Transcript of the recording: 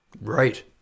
Right